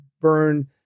burn